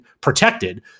protected